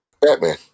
Batman